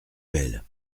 belle